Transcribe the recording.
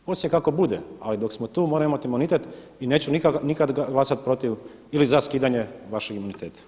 Poslije kako bude, ali dok smo tu moramo imati imunitet i neću nikada glasati protiv ili za skidanje vašeg imuniteta.